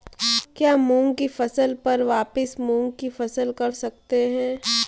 क्या मूंग की फसल पर वापिस मूंग की फसल कर सकते हैं?